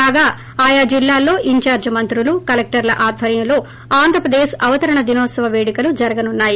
కాగా ఆయా జిల్లాల్లో ఇన్దార్ట్ మంత్రులు కలెక్షర్ల ఆద్పర్యంలో ఆంధ్రప్రదేశ్ అవతరణ దినోత్సవ పేడుకలు జరగనున్నాయి